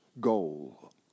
goal